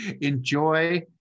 enjoy